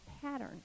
pattern